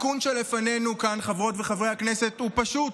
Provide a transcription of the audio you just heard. התיקון שלפנינו כאן, חברות וחברי הכנסת, הוא פשוט: